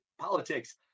politics